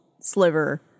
sliver